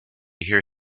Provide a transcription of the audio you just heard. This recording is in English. hear